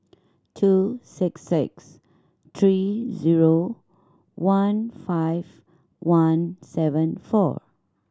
two six six three zero one five one seven four